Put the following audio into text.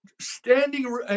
Standing